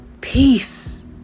peace